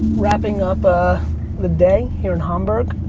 wrapping up the day here in hamburg.